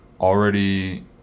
already